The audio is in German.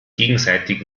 gegenseitig